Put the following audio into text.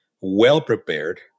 well-prepared